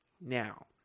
Now